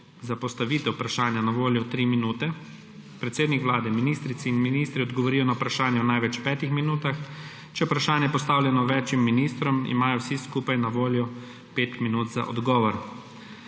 za postavitev vprašanja na voljo 3 minute, predsednik Vlade, ministrice in ministri odgovorijo na vprašanja v največ petih minutah. Če je vprašanje postavljeno več ministrom, imajo vsi skupaj na voljo 5 minut za odgovor.